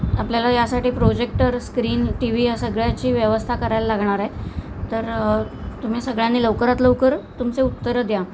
आपल्याला यासाठी projector screen T V या सगळ्याची व्यवस्था करायला लागणारं आहे तर तुम्ही सगळ्यांनी लवकरात लवकर तुमचे उत्तरं द्या